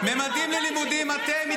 נגד מימון לימודים של לוחמי צה"ל.